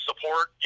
support